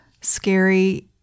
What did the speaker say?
scary